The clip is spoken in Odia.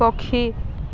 ପକ୍ଷୀ